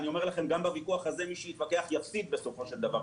אבל אני אומר לכם שגם בוויכוח הזה מי שיתווכח יפסיד בסופו של דבר,